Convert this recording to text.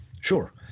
Sure